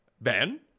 Ben